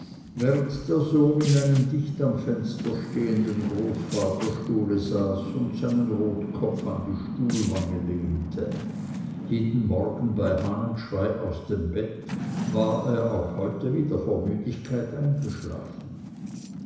während der sohn in einem dicht am fenster stehenden großvaterstuhle saß und seinen rotkopf an die stuhlwange lehnte jeden morgen bei hahnenschrei aus dem bett war er auch heute wieder vor müdigkeit eingeschlafen